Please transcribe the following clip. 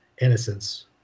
innocence